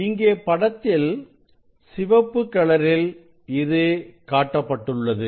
இங்கே படத்தில் சிவப்பு கலரில் இது காட்டப்பட்டுள்ளது